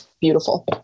Beautiful